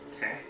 Okay